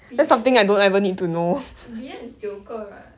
billion billion is 九个 right